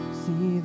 see